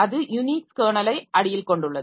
அது யுனிக்ஸ் கெர்னலை அடியில் கொண்டுள்ளது